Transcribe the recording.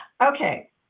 Okay